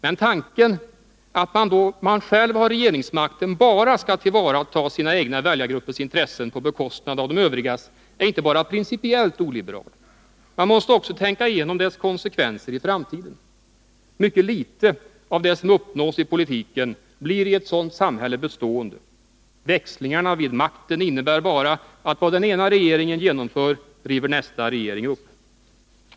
Men tanken att man då man själv har regeringsmakten bara skall tillvarata sina egna väljargruppers intressen på bekostnad av de övrigas är inte bara principiellt oliberal. Man måste också tänka igenom dess konsekvenser i framtiden. Mycket litet av det som uppnås i politiken blir i ett sådant samhälle bestående. Växlingarna vid makten innebär bara att vad den ena regeringen genomför, river nästa regering upp.